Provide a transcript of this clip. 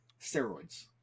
steroids